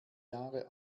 jahre